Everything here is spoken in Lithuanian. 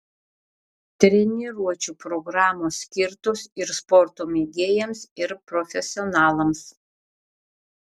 treniruočių programos skirtos ir sporto mėgėjams ir profesionalams